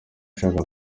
ushaka